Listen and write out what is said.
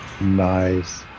Nice